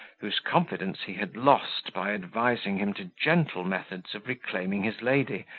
whose confidence he had lost by advising him to gentle methods of reclaiming his lady,